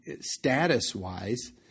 status-wise